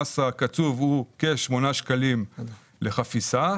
המס הקצוב הוא כ-8 שקלים לחפיסה.